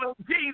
Jesus